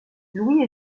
louis